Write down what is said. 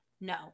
no